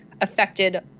affected